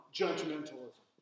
judgmentalism